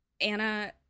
Anna